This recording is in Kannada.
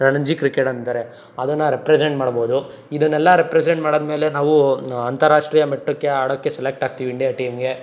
ರಣಜಿ ಕ್ರಿಕೆಟ್ ಅಂತಾರೆ ಅದನ್ನು ರೆಪ್ರಸೆಂಟ್ ಮಾಡ್ಬೋದು ಇದನ್ನೆಲ್ಲ ರೆಪ್ರಸೆಂಟ್ ಮಾಡಾದ್ಮೇಲೆ ನಾವೂ ಅಂತರಾಷ್ಟ್ರೀಯ ಮಟ್ಟಕ್ಕೆ ಆಡೋಕ್ಕೆ ಸೆಲೆಕ್ಟ್ ಆಗ್ತೀವಿ ಇಂಡಿಯಾ ಟೀಮ್ಗೆ